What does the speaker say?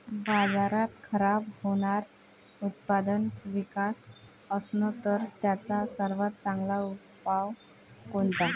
बाजारात खराब होनारं उत्पादन विकाच असन तर त्याचा सर्वात चांगला उपाव कोनता?